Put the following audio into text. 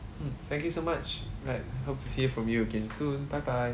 mm thank you so much alright hope to hear from you again soon bye bye